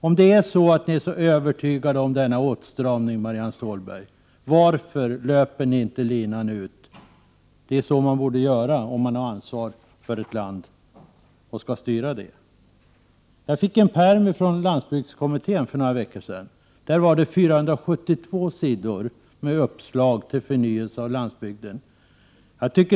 Om ni är så övertygade om denna åtstramning, Marianne Stålberg, varför löper ni inte linan ut i så fall? Det är så man bör göra om man har ansvaret för ett land och skall styra det. För några veckor sedan fick jag en pärm från landsbygdskommittén. Där fanns på 472 sidor med uppslag till förnyelse av landsbygden.